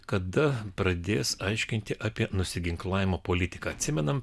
kada pradės aiškinti apie nusiginklavimo politiką atsimenam